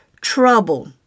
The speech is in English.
trouble